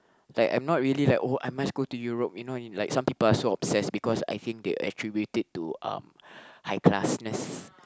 like I'm not really like oh I must go to Europe you know like some people are so obsessed because I think they attribute it to uh high classness